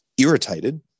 irritated